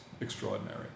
extraordinary